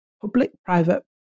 public-private